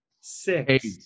Six